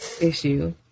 issue